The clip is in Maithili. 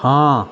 हँ